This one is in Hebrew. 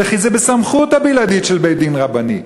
וזה בסמכות הבלעדית של בית-דין רבני,